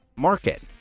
market